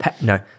No